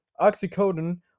oxycodone